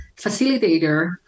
facilitator